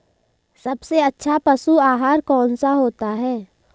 सबसे अच्छा पशु आहार कौन सा होता है?